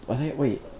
Wait